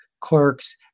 clerks